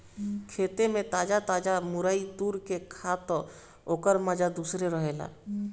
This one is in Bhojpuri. खेते में ताजा ताजा मुरई तुर के खा तअ ओकर माजा दूसरे रहेला